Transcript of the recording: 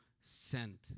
sent